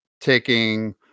taking –